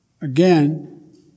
Again